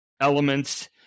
elements